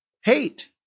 hate